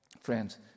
Friends